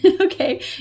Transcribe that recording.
Okay